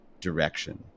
direction